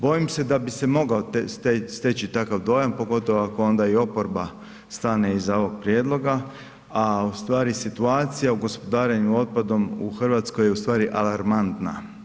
Bojim se da bi se mogao steći takav dojam pogotovo ako onda i oporba stane iza ovoga prijedloga a ustvari situacija u gospodarenju otpadom u Hrvatskoj je ustvari alarmantna.